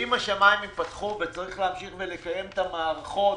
ועד שהשמים ייפתחו צריך להמשיך לקיים את המערכות,